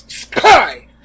Sky